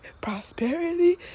prosperity